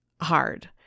hard